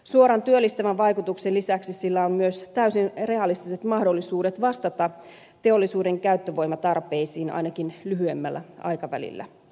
suoran työllistävän vaikutuksen lisäksi sillä on myös täysin realistiset mahdollisuudet vastata teollisuuden käyttövoimatarpeisiin ainakin lyhyemmällä aikavälillä